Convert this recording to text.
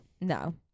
No